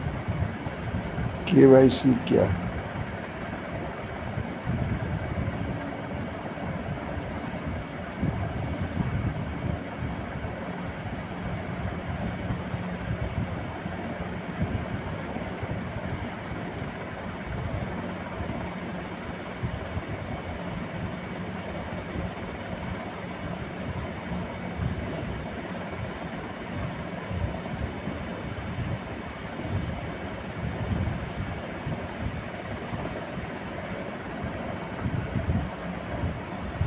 KYC क्या हैं?